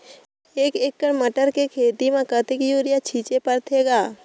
एक एकड़ मटर के खेती म कतका युरिया छीचे पढ़थे ग?